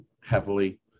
heavily